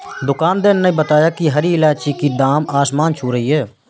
दुकानदार ने बताया कि हरी इलायची की दाम आसमान छू रही है